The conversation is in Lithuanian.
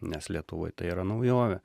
nes lietuvoj tai yra naujovė